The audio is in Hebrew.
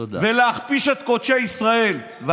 ולהכפיש את קודשי ישראל.